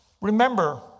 Remember